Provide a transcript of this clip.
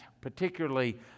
particularly